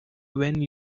when